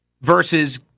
versus